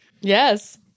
yes